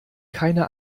keine